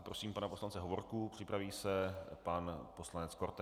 Prosím pana poslance Hovorku, připraví se pan poslanec Korte.